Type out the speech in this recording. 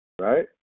Right